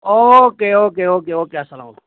okay okay okay okay اَلسلام علیکُم